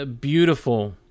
beautiful